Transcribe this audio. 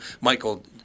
Michael